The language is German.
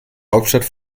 hauptstadt